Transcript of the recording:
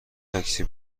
تاکسی